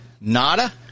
nada